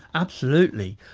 absolutely.